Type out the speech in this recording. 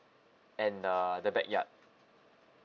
and uh the backyard